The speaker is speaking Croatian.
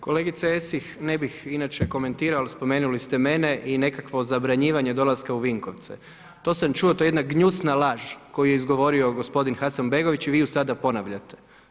Kolegice Esih, ne bih inače komentirao, ali spomenuli ste mene i nekakvo zabranjivanje dolaska u Vinkovce, to sam čuo, to je jedna gnjusna laž, koju je izgovorio gospodin Hasanbegović i vi ju sada ponavljate.